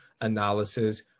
analysis